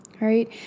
Right